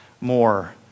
more